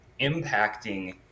impacting